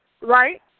right